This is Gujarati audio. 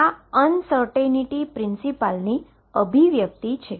આ અનસર્ટેનીટીના પ્રિન્સીપલની અભિવ્યક્તિ છે